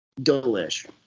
Delish